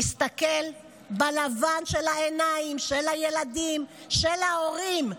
להסתכל בלבן של העיניים של הילדים, של ההורים,